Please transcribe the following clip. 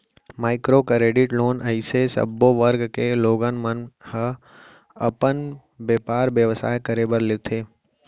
micro credit loan अइसे सब्बो वर्ग के लोगन मन ह अपन बेपार बेवसाय करे बर लेथे